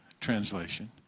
translation